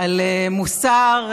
על מוסר,